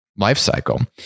lifecycle